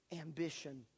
ambition